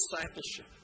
discipleship